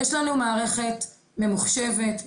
יש לנו מערכת ממוחשבת,